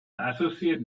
associate